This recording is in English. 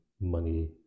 money